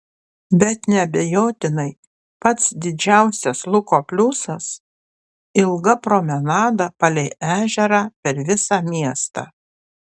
bet neabejotinai pats didžiausias luko pliusas ilga promenada palei ežerą per visą miestą